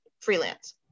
freelance